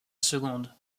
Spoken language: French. seconde